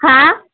हा